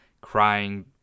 crying